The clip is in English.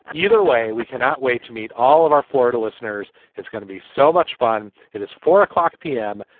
either way we cannot wait to meet all of our florida listeners. it's gonna be so much fun. it is four o'clock p m.